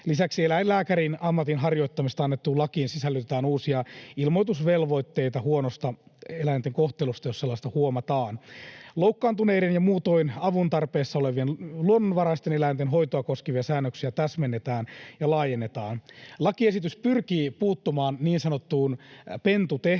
Lisäksi eläinlääkärinammatin harjoittamisesta annettuun lakiin sisällytetään uusia ilmoitusvelvoitteita huonosta eläinten kohtelusta, jos sellaista huomataan. Loukkaantuneiden ja muutoin avun tarpeessa olevien luonnonvaraisten eläinten hoitoa koskevia säännöksiä täsmennetään ja laajennetaan. Lakiesitys pyrkii puuttumaan niin sanottuun pentutehtailuun,